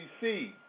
see